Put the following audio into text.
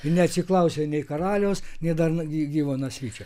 neatsiklausę nei karaliaus nei dar gyvo nasvyčio